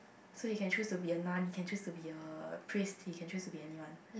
so he can choose to be a nun can choose to be a priest he can choose to be anyone